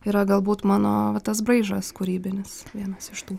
yra galbūt mano va tas braižas kūrybinis vienas iš tų